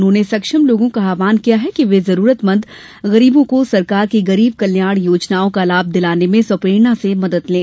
उन्होंने सक्षम लोगों का आव्हान किया कि वे जरूरतमंद गरीबों को सरकार की गरीब कल्याण योजनाओं का लाभ दिलाने में स्व प्रेरणा से मदद करें